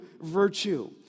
virtue